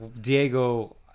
Diego